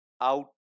out